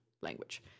language